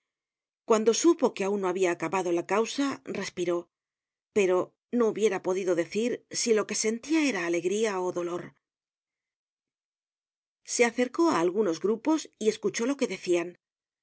cuando supo que aun no habia acabado la causa respiró pero no hubiera podido decir si lo que sentia era alegría ó dolor se acercó á algunos grupos y escuchó lo que decian